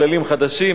כללים חדשים,